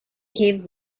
gave